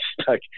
stuck